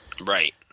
Right